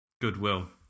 goodwill